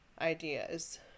ideas